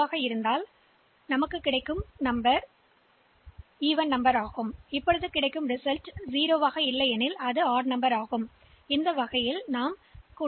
எனவே மிகக் குறைவான குறிப்பிடத்தக்க பிட் 1 மட்டுமே இதன் விளைவாக இந்த முடிவின் விளைவாக 0 ஆகிவிட்டால் முடிவு 0 ஆகிறது அதாவது எண் ஒரு சம எண்